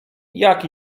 jak